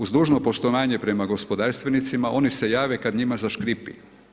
Uz dužno poštovanje prema gospodarstvenicima, oni se jave kad njima zaškripi.